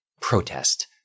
protest